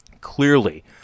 clearly